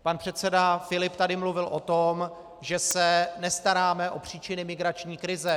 Pan předseda Filip tady mluvil o tom, že se nestaráme o příčiny migrační krize.